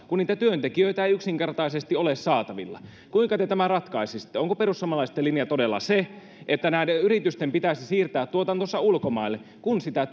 kun niitä työntekijöitä ei yksinkertaisesti ole saatavilla kuinka te tämän ratkaisisitte onko perussuomalaisten linja todella se että näiden yritysten pitäisi siirtää tuotantonsa ulkomaille kun sitä